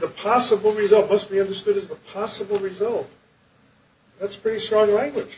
the possible result must be understood as a possible result that's pretty sure the right foot